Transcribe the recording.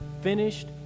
finished